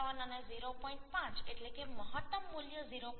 5 એટલે કે મહત્તમ મૂલ્ય 0